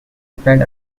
spread